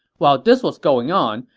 while this was going on,